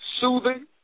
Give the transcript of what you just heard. soothing